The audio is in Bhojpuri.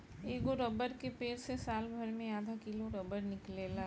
एगो रबर के पेड़ से सालभर मे आधा किलो रबर निकलेला